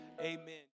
amen